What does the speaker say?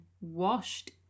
washed